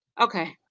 Okay